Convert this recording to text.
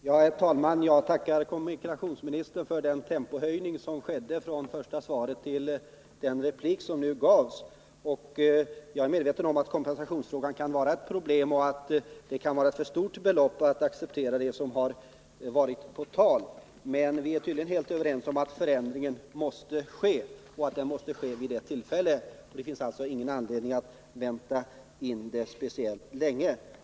Herr talman! Jag tackar kommunikationsministern för den tempohöjning som skedde från det första svaret till den replik som nu gavs. Jag är medveten om att kompensationsfrågan kan vara ett problem och att det belopp som här varit på tal kan vara för stort för att kunna accepteras. Men vi är tydligen överens om att en förändring måste ske och att den måste vidtas vid rätt tillfälle. Det finns alltså ingen anledning att vänta med den förändringen speciellt länge.